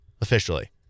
officially